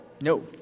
no